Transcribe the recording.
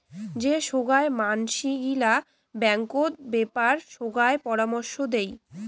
যে সোগায় মানসি গিলা ব্যাঙ্কত বেপার সোগায় পরামর্শ দেই